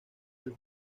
del